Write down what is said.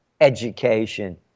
Education